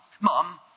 Mom